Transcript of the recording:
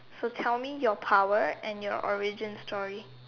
so tell me your power and your origin story